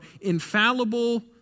infallible